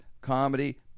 comedy